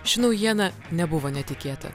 ši naujiena nebuvo netikėta